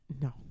no